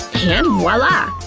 and voila!